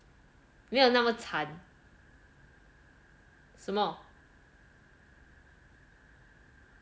没有那么惨什么